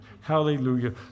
hallelujah